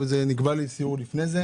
נקבע לי סיור לפני זה.